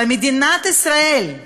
במדינת ישראל,